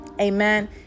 Amen